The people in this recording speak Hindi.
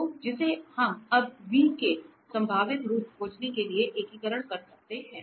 तो जिसे हम अब v के संभावित रूप खोजने के लिए एकीकृत कर सकते हैं